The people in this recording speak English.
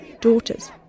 daughters